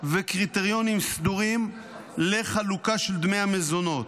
וקריטריונים סדורים לחלוקה של דמי המזונות.